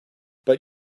but